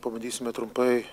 pabandysime trumpai